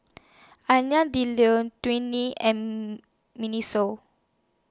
Alain Delon Twinings and Miniso